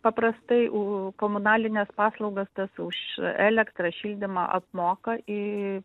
paprastai u komunalines paslaugas tas už elektrą šildymą apmoka į